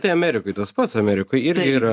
tai amerikoje tas pats amerikoj irgi yra